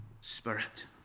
spirit